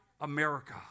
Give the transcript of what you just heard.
America